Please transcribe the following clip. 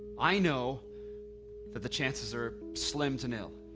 i know that the chances are slim to nil,